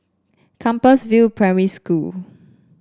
Compassvale Primary School